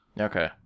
Okay